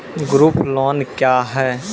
Group loan क्या है?